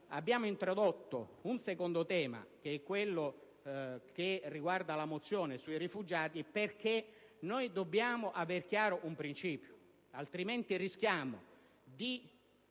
abbiamo introdotto un secondo tema, che è quello che riguarda la mozione sui rifugiati. Dobbiamo infatti avere chiaro un principio, altrimenti rischiamo di